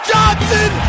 Johnson